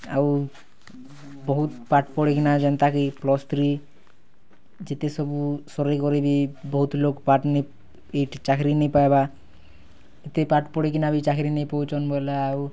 ଆଉ ବହୁତ୍ ପାଠ୍ ପଢ଼ିକିନା ଯେନ୍ତା କି ପ୍ଲସ୍ ଥ୍ରୀ ଯେତେ ସବୁ ସରିଗଲେ ବି ବହୁତ ଲୋକ ପାଠ୍ ନାଇଁ ଏଠି ଚାକିରୀ ନାଇଁ ପାଇବା ଏତେ ପାଠ୍ ପଢ଼ିକିନା ବି ଚାକିରୀ ନାଇଁ ପାଉଛନ୍ ବୋଲେ ଆଉ